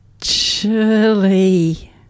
chilly